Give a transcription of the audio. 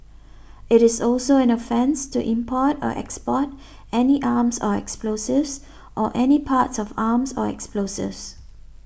it is also an offence to import or export any arms or explosives or any parts of arms or explosives